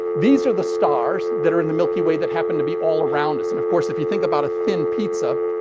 these are the stars that are in the milky way that happen to be all around us. and, of course, if you think about a thin pizza,